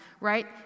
right